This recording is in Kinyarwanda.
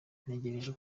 ntegereje